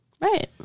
Right